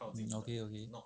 okay okay